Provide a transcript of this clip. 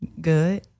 Good